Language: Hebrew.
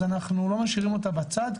אז אנחנו לא משאירים אותה בצד,